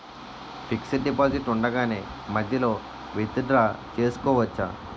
Fixed deposit ఉండగానే మధ్యలో withdraw చేసుకోవచ్చా?